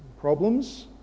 problems